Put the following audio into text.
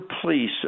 Police